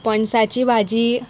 पणसाची भाजी